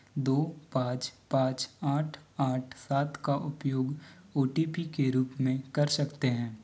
दो पाँच पाँच आठ आठ सात का उपयोग ओ टी पी के रूप में कर सकते हैं